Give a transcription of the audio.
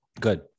good